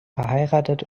verheiratet